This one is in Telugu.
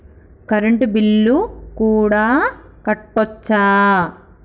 కరెంటు బిల్లు కూడా కట్టొచ్చా?